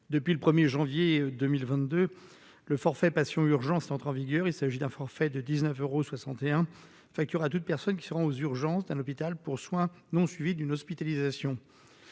depuis le 1er janvier 2022 le forfait Passion, urgence entre en vigueur, il s'agit d'un forfait de 19 euros 61 facture à toute personne qui se rend aux urgences d'un hôpital pour soins non suivies d'une hospitalisation